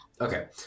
Okay